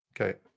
Okay